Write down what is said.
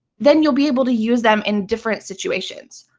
then you'll be able to use them in different situations.